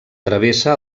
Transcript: travessa